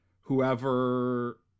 whoever